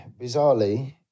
bizarrely